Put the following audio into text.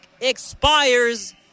expires